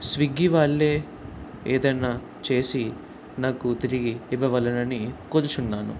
Swiggy వాళ్ళే ఏదైనా చేసి నాకు తిరిగి ఇవ్వవలెనని కోరుతున్నాను